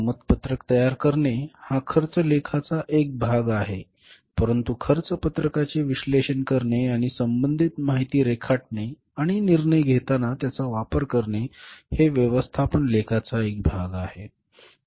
किंमत पत्रक तयार करणे हा खर्च लेखाचा एक भाग आहे परंतु खर्च पत्रकाचे विश्लेषण करणे आणि संबंधित माहिती रेखाटणे आणि निर्णय घेताना त्याचा वापर करणे हे व्यवस्थापन लेखाचा एक भाग आहे